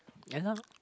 ya lah